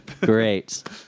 Great